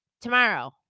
Tomorrow